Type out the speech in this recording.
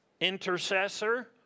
Intercessor